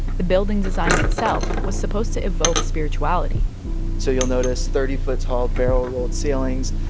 the building design itself was supposed to evoke spirituality so you'll notice thirty foot tall barrel rolled ceilings,